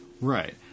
Right